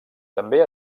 també